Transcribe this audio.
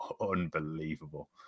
unbelievable